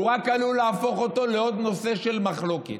הוא רק עלול להפוך אותו לעוד נושא של מחלוקת.